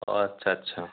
আচ্ছা আচ্ছা